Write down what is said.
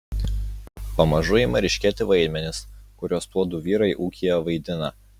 pamažu ima ryškėti vaidmenys kuriuos tuodu vyrai ūkyje vaidina